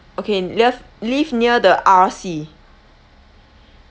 okay li~ lift near the R_C